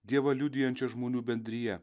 dievą liudijančią žmonių bendrija